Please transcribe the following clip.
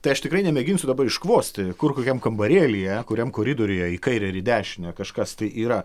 tai aš tikrai nemėginsiu dabar iškvosti kur kokiam kambarėlyje kuriam koridoriuje į kairę ir į dešinę kažkas tai yra